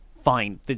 Fine